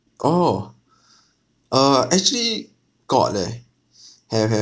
oh err actually got leh have have